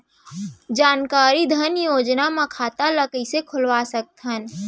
जानकारी धन योजना म खाता ल कइसे खोलवा सकथन?